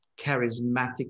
charismatic